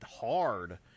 hard